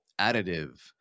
additive